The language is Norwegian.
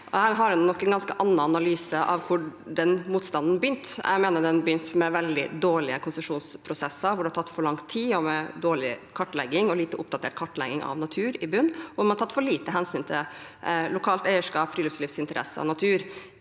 en ganske annen analyse av hvor den motstanden begynte. Jeg mener den begynte med veldig dårlige konsesjonsprosesser, hvor det har tatt for lang tid, og med dårlig og lite oppdatert kartlegging av natur i bunnen, og man har tatt for lite hensyn til lokalt eierskap, friluftslivsinteresser og natur